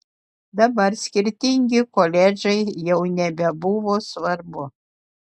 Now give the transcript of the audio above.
dabar skirtingi koledžai jau nebebuvo svarbu